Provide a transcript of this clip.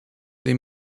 they